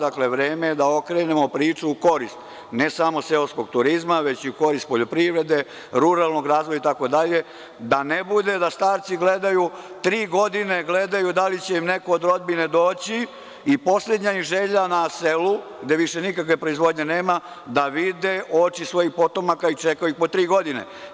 Dakle, vreme je da okrenemo priču u korist, ne samo seoskog turizma, već i u korist poljoprivrede, ruralnog razvoja itd, da ne bude da starci tri godine gledaju da li će im neko od rodbine doći i poslednja im želja na selu, gde više nikakve proizvodnje nema, da vide oči svojih potomaka i čekaju ih po tri godine.